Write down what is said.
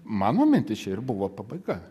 mano mintis čia ir buvo pabaiga